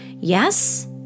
Yes